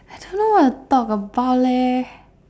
I don't know what to talk about leh